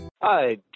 Hi